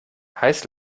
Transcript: heiß